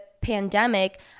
pandemic